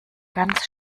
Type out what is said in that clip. ganz